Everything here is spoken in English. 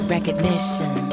Recognition